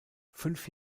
fünf